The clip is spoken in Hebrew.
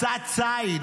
מסע ציד,